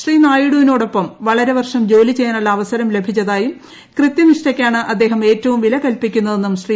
ശ്രീ നായിഡുവിനോടൊപ്പം വള്ളിൽ വർഷം ജോലിചെയ്യാനുള്ള അവസരം ലഭിച്ചതായും കൃത്യൂനിഷ്ഠയ്ക്കാണ് അദ്ദേഹം ഏറ്റവും വിലകൽപ്പിക്കുന്നതെന്നും ശ്രീ